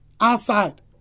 outside